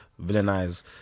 villainize